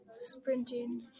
sprinting